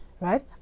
Right